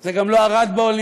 זה גם לא ארד באולימפיאדה,